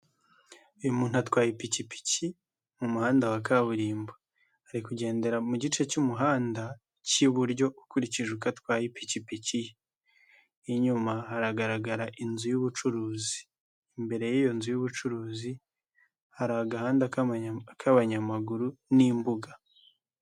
Uyu muntu atwaye ipikipiki mu muhanda wa kaburimbo. Ari kugendera mu gice cy'umuhanda cy'iburyo, ukurikije uko atwaye ipikipiki ye. Inyuma haragaragara inzu y'ubucuruzi. Imbere y'iyo nzu y'ubucuruzi hari agahanda k'abanyamaguru n'imbuga.